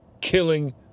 killing